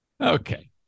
Okay